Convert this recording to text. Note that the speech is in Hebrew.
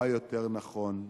מה יותר נכון,